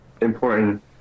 important